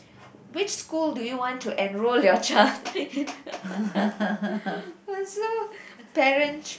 which school do you want to enroll your child !wah! so parent~